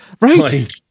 right